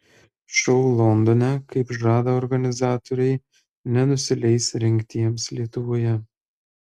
šou londone kaip žada organizatoriai nenusileis rengtiems lietuvoje